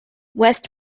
west